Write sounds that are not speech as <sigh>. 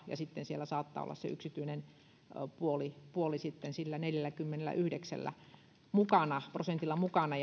ja sitten siellä saattaa olla se yksityinen puoli puoli sillä neljälläkymmenelläyhdeksällä prosentilla mukana <unintelligible>